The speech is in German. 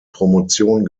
promotion